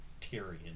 Tyrion